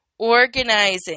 organizing